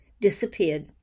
disappeared